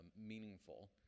meaningful